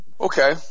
Okay